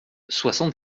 soixante